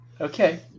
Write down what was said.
Okay